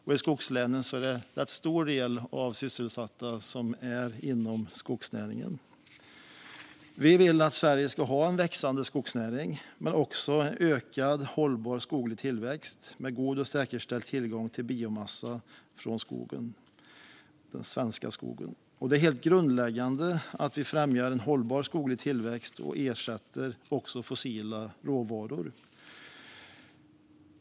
I skogslänen är det en rätt stor del av de sysselsatta som finns inom skogsnäringen. Vi vill att Sverige ska ha en växande skogsnäring men också en ökad hållbar skoglig tillväxt med god och säkerställd tillgång till biomassa från den svenska skogen. Det är helt grundläggande att vi främjar en hållbar skoglig tillväxt och ersätter fossila råvaror.